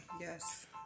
Yes